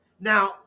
Now